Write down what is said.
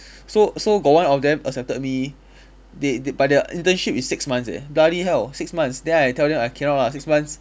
so so got one of them accepted me they they but their internship is six months eh bloody hell six months then I tell them I cannot lah six months